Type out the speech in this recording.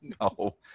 No